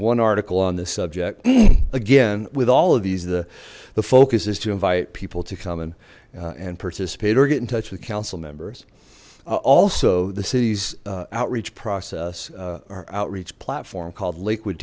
one article on this subject again with all of these the the focus is to invite people to come in and participate or get in touch with council members also the city's outreach process our outreach platform called liquid